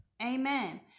Amen